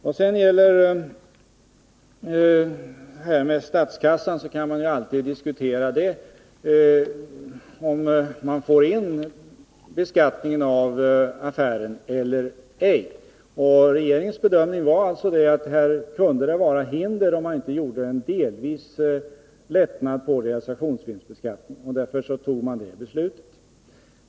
Vad sedan gäller frågan om skatteförlust för statskassan kan man ju alltid diskutera om man får in pengarna för beskattningen av affären eller ej. Regeringens bedömning här var att det kunde vara hinder om man inte föreslog en viss lättnad i realisationsvinstbeskattningen, och därför fattade regeringen det här beslutet.